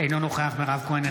אינו נוכח מירב כהן,